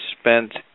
spent